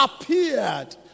appeared